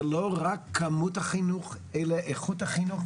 זה לא רק כמות החינוך אלא איכות החינוך,